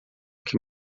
que